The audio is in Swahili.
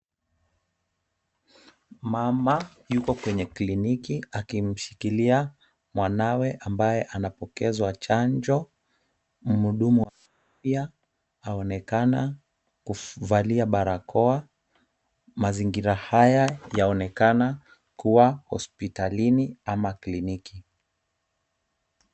Mama yuko kwenye kliniki akimshikilia mwanawe ambaye anapokezwa chanjo. Mhudumu wa afya aonekana kuvalia barakoa. Mazingira haya yaonekana kuwa hospitalini ama kliniki.